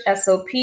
SOP